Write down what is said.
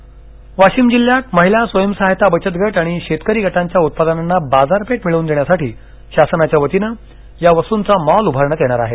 संजय राठोड वाशीम जिल्ह्यात महिला स्वयंसहाय्यता बचत गट आणि शेतकरी गटांच्या उत्पादनांना बाजारपेठ मिळवून देण्यासाठी शासनाच्या वतीनं या वस्तूंचा मॉल उभारण्यात येणार आहे